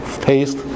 taste